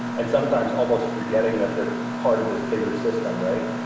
and sometimes almost forgetting that they're part of this bigger system, right?